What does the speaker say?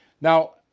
Now